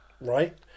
Right